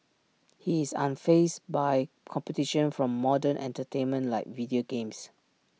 he is unfazed by competition from modern entertainment like video games